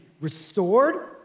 restored